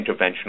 interventional